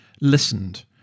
listened